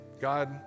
God